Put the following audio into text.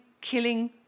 killing